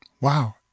Wow